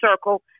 circle